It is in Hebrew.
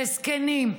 לזקנים,